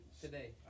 Today